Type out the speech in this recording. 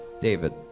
David